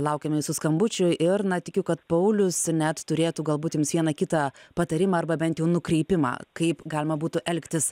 laukiam jūsų skambučių ir na tikiu kad paulius net turėtų galbūt jums vieną kitą patarimą arba bent jau nukreipimą kaip galima būtų elgtis